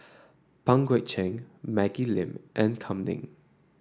Pang Guek Cheng Maggie Lim and Kam Ning